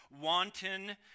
wanton